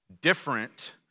different